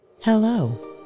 Hello